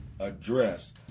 address